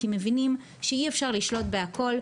כי מבינים שאי אפשר לשלוט בהכל,